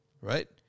right